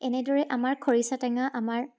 এনেদৰে আমাৰ খৰিচা টেঙা আমাৰ